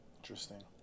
Interesting